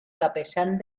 capellán